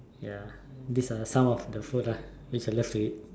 ya these are some of the food ah that I love to eat